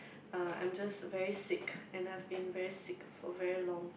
uh I'm just very sick and I've been very sick for very long